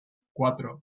cuatro